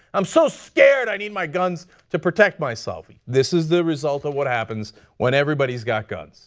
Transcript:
um so scared, i need my guns to protect myself. this is the result of what happens when everybody has got guns.